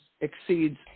exceeds